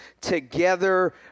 together